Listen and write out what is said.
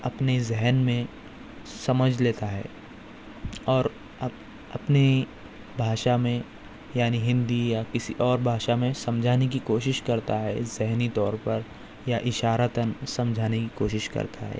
اپنے ذہن میں سمجھ لیتا ہے اور اپ اپنی بھاشا میں یعنی ہندی یا کسی اور بھاشا میں سمجھانے کی کوشش کرتا ہے ذہنی طور پر یا اشارتاً سمجھانے کی کوشش کرتا ہے